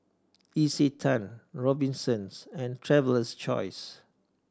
Isetan Robinsons and Traveler's Choice